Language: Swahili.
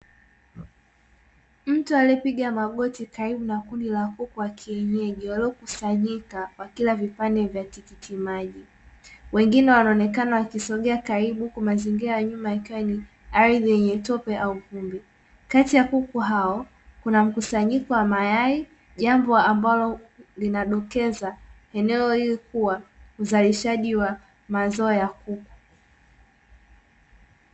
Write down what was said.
Mtu aliyepiga magoti karibu na kundi la kuku wa kienyeji, waliokusanyika wakila vipande vya tikitimaji. Wengine wanaonekana wakisogea karibu huku mazingira ya nyuma yakiwa ni ardhi yenye tope au vumbi. kati ya kuku hao kuna mkusanyiko wa mayai, jambo ambalo linadokeza eneo hili kuwa uzalishaji wa mazao ya kuku.